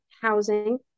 housing